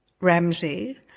Ramsey